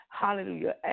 Hallelujah